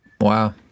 Wow